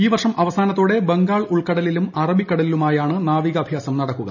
ഈ വർഷം അവസാനത്തോടെ ബംഗാൾ ഉൾക്കടലിലും അറബിക്കടലിലുമായാണ് നാവികാഭ്യാസം നടക്കുക